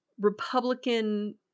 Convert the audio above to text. Republican